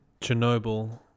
Chernobyl